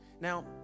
now